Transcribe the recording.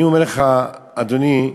אני אומר לך, אדוני,